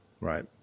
Right